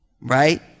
Right